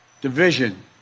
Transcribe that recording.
Division